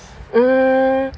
um